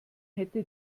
hätte